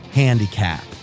handicap